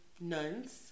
nuns